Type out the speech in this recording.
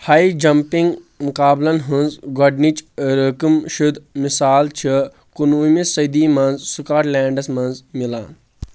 ہاے jumping مُقابلَن ہٕنز گوڈنِچ رَقَم شُد مِثال چھِ کُنوُہمہِ صدی منٛز سِکاٹ لینٚڈس منٛز مِلان